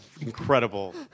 Incredible